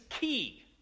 key